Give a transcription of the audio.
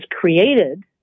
created